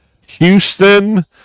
Houston